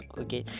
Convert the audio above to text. okay